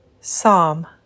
Psalm